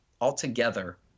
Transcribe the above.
altogether